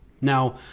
Now